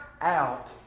out